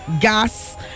gas